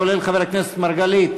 כולל חבר הכנסת מרגלית,